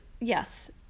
yes